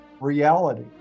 reality